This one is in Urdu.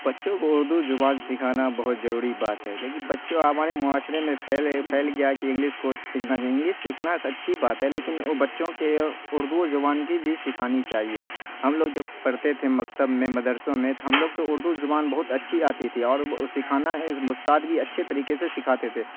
بچوں کو اردو زبان سکھانا بہت ضروری بات ہے لیکن بچوں ہمارے معاشرے میں پھیلے پھیل گیا کہ انگلش کورس سیکھنا انگلش سیکھنا اچھی بات ہے لیکن وہ بچوں کے اردو زبان کی بھی سکھانی چاہیے ہم لوگ جب پڑھتے تھے مکتب میں مدرسوں میں تو ہم لوگ کو اردو زبان بہت اچھی آتی تھی اور وہ سکھانا ہے استاد بھی اچھے طریقے سے سکھاتے تھے